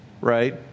right